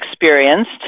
experienced